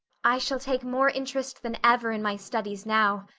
i shall take more interest than ever in my studies now,